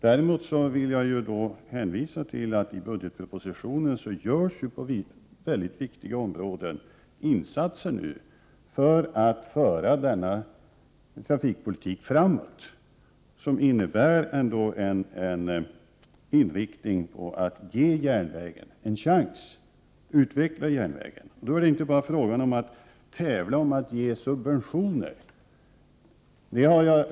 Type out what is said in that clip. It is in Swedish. Däremot kan jag hänvisa till att det nu i budgetpropositionen görs insatser på väldigt viktiga områden för att föra trafikpolitiken framåt. Dessa satsningar innebär ändå en inriktning på att utveckla järnvägen och att ge den en chans. Det rör sig då inte om att tävla om att ge subventioner.